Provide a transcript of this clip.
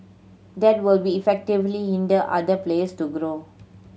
that will be effectively hinder other place to grow